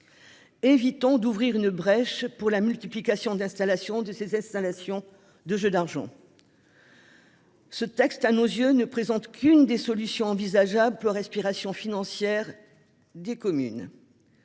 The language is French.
Évitons d'ouvrir une brèche pour la multiplication d'installation de ses installations de jeux d'argent. Ce texte, à nos yeux ne présente qu'une des solutions envisageables peu respiration financière. Des communes.